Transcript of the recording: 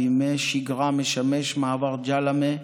בימי שגרה משמש מעבר ג'למה,